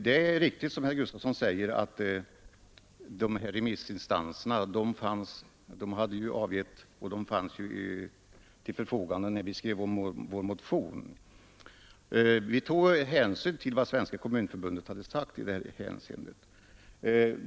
Det är riktigt som herr Gustafson i Göteborg säger att remissinstansernas yttrande fanns till förfogande när vi skrev vår motion. Vi tog hänsyn till vad Svenska kommunförbundet hade sagt.